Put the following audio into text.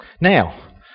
Now